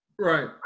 Right